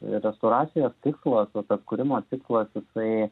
ir restauracijos tikslas vat atkūrimo tikslas jisai